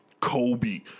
Kobe